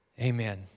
Amen